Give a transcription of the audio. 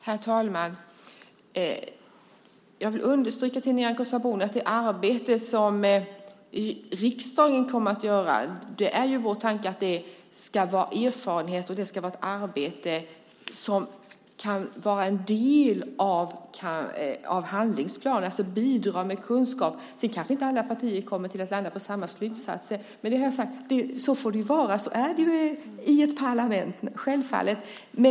Herr talman! Jag vill understryka för Nyamko Sabuni att vår tanke är att det arbete som riksdagen kommer att göra ska grundas på erfarenhet och ska vara en del av handlingsplanen. Vi ska bidra med kunskap. Alla partier kanske inte kommer att landa på samma slutsatser, men så får det vara och så är det självfallet i ett parlament.